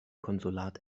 konsulat